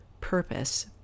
purpose